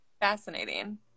fascinating